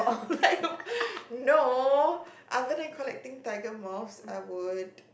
no other than collecting Tiger moths I would